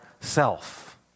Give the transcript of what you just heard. self